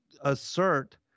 assert